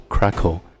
Crackle